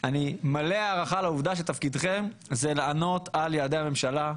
אני מלא הערכה לעובדה שתפקידכם הוא לענות על יעדי הממשלה,